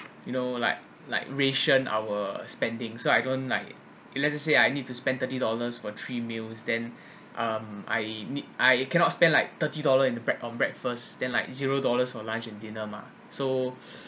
you know like like ration our spending so I don't like if let us say I need to spend thirty dollars for three meals then um I need I cannot spend like thirty dollar into break~ on breakfast then like zero dollars for lunch and dinner mah so